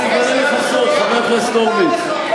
אני אגלה לך סוד, חבר הכנסת הורוביץ.